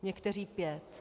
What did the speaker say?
Někteří pět.